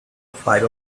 five